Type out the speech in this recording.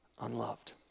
unloved